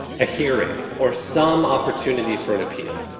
a hearing, or some opportunity for an appeal.